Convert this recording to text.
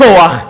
כוח,